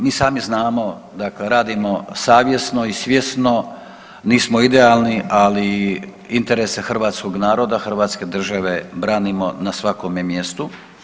Mi sami znamo, dakle radimo savjesno i svjesno, nismo idealni, ali interese hrvatskog naroda i hrvatske države branimo na svakome mjestu.